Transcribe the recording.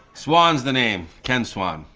swan's the name. ken swan.